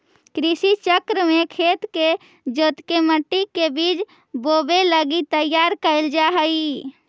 कृषि चक्र में खेत के जोतके मट्टी के बीज बोवे लगी तैयार कैल जा हइ